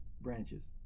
branches